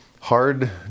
hard